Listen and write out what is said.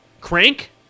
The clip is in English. Crank